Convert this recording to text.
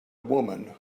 woman